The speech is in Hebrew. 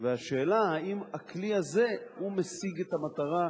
והשאלה האם הכלי הזה משיג את המטרה.